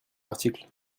l’article